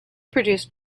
produced